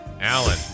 Alan